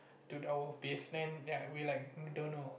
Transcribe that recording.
to our base then we were like we don't know